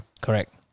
correct